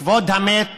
וכבוד המת